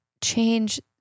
change